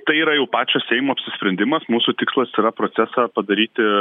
tai yra jau pačio seimo apsisprendimas mūsų tikslas yra procesą padaryti